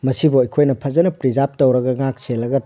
ꯃꯁꯤꯕꯨ ꯑꯩꯈꯣꯏꯅ ꯐꯖꯅ ꯄ꯭ꯔꯤꯖꯥꯕ ꯇꯧꯔꯒ ꯉꯥꯛ ꯁꯦꯜꯂꯒ